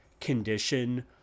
condition